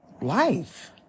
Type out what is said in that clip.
life